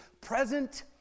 present